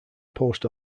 post